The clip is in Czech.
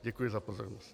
Děkuji za pozornost.